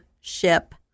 ship